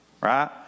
Right